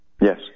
yes